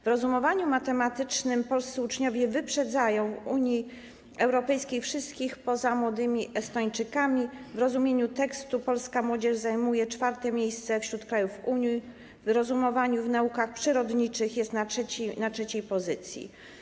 W rozumowaniu matematycznym polscy uczniowie wyprzedzają w Unii Europejskiej wszystkich poza młodymi Estończykami, w rozumieniu tekstu polska młodzież zajmuje czwarte miejsce wśród krajów Unii, w rozumowaniu w naukach przyrodniczych jest na trzeciej pozycji.